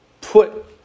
put